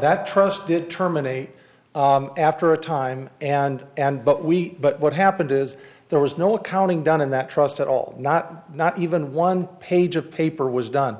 that trust did terminate after a time and and but we but what happened is there was no accounting done in that trust at all not not even one page of paper was done